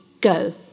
go